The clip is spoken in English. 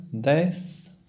Death